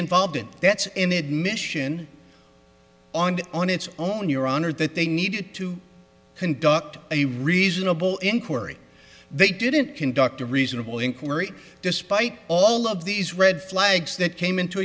involved in that's an admission on that on its own your honor that they needed to conduct a reasonable inquiry they didn't conduct a reasonable inquiry despite all of these red flags that came into